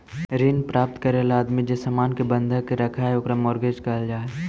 ऋण प्राप्त करे ला आदमी जे सामान के बंधक रखऽ हई ओकरा मॉर्गेज कहल जा हई